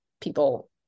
people